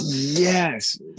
Yes